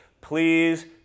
Please